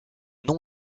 nom